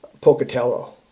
Pocatello